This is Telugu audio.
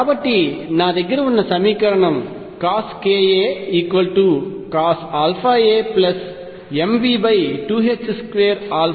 కాబట్టి నా దగ్గర ఉన్న సమీకరణం CoskaCosαamV22α Sinαa